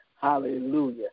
Hallelujah